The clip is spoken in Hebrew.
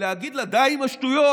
ולהגיד לה: די עם השטויות,